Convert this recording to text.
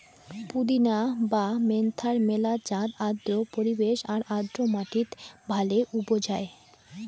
পুদিনা বা মেন্থার মেলা জাত আর্দ্র পরিবেশ আর আর্দ্র মাটিত ভালে উবজায়